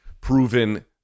proven